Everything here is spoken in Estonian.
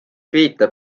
viitab